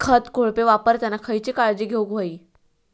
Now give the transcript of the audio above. खत कोळपे वापरताना खयची काळजी घेऊक व्हयी?